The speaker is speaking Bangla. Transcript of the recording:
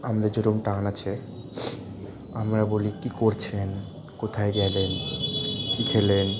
আমাদের যেরম টান আছে আমরা বলি কী করছেন কোথায় গেলেন কী খেলেন